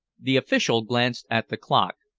the official glanced at the clock,